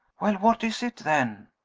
well, what is it, then?